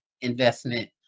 investment